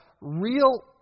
real